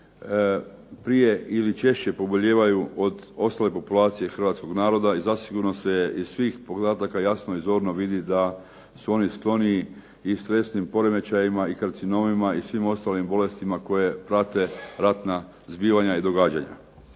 prije ili češće pobolijevaju od ostale populacije hrvatskog naroda i zasigurno …/Ne razumije se./… iz svih podataka jasno i zorno vidi da su oni skloniji i stresnim poremećajima i karcinomima i svim ostalim bolestima koje prate ratna zbivanja i događanja.